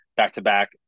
back-to-back